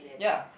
ya